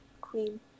queen